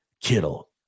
Kittle